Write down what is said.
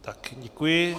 Tak, děkuji.